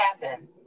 happen